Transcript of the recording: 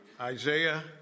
Isaiah